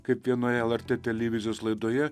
kaip vienoje lrt televizijos laidoje